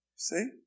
see